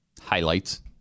highlights